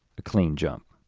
a clean jump.